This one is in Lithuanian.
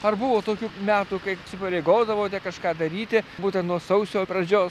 ar buvo tokių metų kai įsipareigodavote kažką daryti būtent nuo sausio pradžios